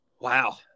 Wow